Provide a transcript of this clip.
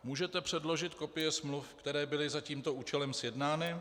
Můžete předložit kopie smluv, které byly za tímto účelem sjednány?